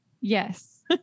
Yes